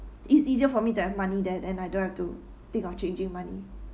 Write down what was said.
it's easier for me to have money there and I don't have to think of changing money